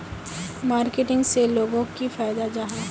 Marketing से लोगोक की फायदा जाहा?